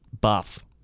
buff